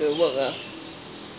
will work ah